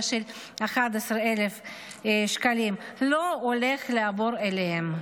של 11,000 שקלים לא הולך לעבור אליהם.